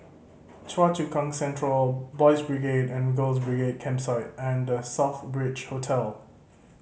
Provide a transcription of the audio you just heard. Choa Chu Kang Central Boys' Brigade and Girls' Brigade Campsite and The Southbridge Hotel